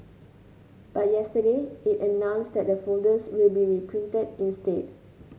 but yesterday it announced that the folders will be reprinted instead